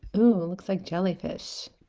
oh it looks like jellyfish